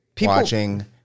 watching